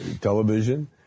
television